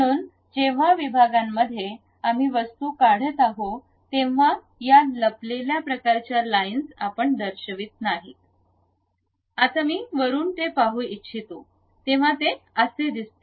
म्हणून जेव्हा विभागांमध्ये आम्ही वस्तू काढत आहोत तेव्हा या लपलेल्या प्रकारच्या लाईन्स आपण दर्शवित नाही आता मी वरुन ते पाहू इच्छितो तेव्हा ते असे दिसते